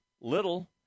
Little